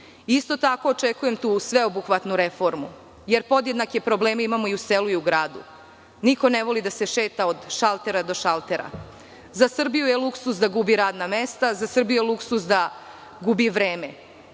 tako, očekujem tu sveobuhvatnu reformu, jer podjednake probleme imamo i u selu i u gradu. Niko ne voli da se šeta od šaltera do šaltera. Za Srbiju je luksuz da gubi radna mesta, za Srbiju je luksuz da gubi vreme. Jedan